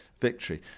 victory